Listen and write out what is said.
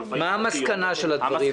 מה המסקנה של הדברים?